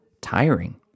tiring